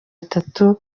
atatu